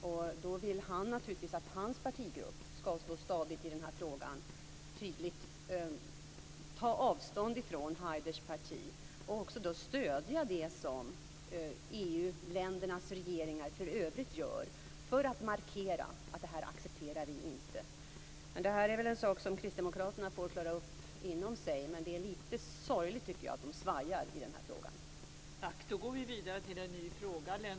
Därför vill han naturligtvis att hans partigrupp ska stå stadigt i den här frågan och tydligt ta avstånd från Haiders parti och också stödja det som EU-ländernas regeringar för övrigt gör för att markera att det här accepterar vi inte. Det här är väl en sak som kristdemokraterna får klara upp inom partiet, men det är lite sorgligt, tycker jag, att de svajar i den här frågan.